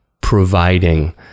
providing